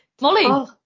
Molly